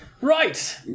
Right